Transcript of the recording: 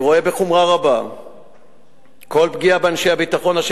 אני רואה בחומרה רבה כל פגיעה באנשי הביטחון,